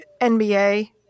NBA